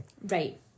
Right